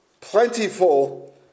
Plentiful